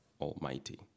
Almighty